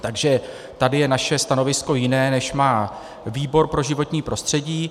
Takže tady je naše stanovisko jiné, než má výbor pro životní prostředí.